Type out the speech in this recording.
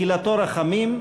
תחילתו רחמים,